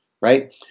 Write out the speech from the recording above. right